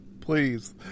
Please